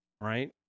Right